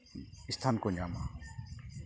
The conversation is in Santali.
ᱮᱥᱛᱷᱟᱱ ᱠᱚ ᱧᱟᱢᱟ